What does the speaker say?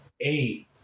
eight